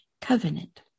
covenant